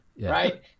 right